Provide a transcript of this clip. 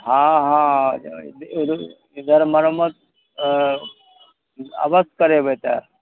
हँ हँ इधर मरम्मत अवश्य करेबै तऽ